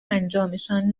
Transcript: انجامشان